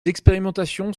expérimentations